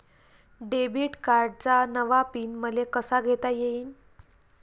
Debit कार्डचा नवा pin मले कसा घेता येईन?